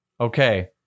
Okay